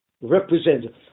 represent